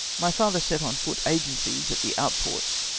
my father set on foot agencies at the outports,